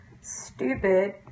stupid